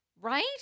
Right